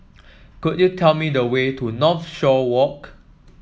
could you tell me the way to Northshore Walk